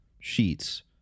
sheets